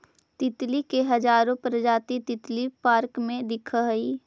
तितली के हजारो प्रजाति तितली पार्क में दिखऽ हइ